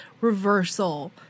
reversal